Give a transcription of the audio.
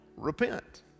Repent